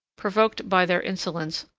provoked by their insolence,